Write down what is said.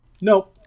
No